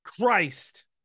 Christ